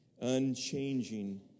unchanging